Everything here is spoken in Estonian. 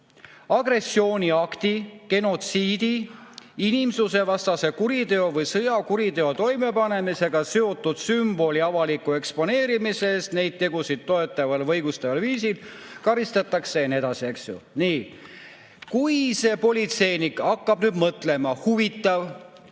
agressiooniakti, genotsiidi, inimsusevastase kuriteo või sõjakuriteo toimepanemisega seotud sümboli avaliku eksponeerimise eest neid tegusid toetaval või õigustaval viisil karistatakse ... Ja nii edasi, eks ju. Nii, kui see politseinik hakkab nüüd mõtlema: huvitav,